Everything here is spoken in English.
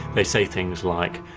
they say things like,